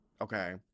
okay